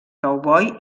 cowboy